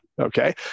okay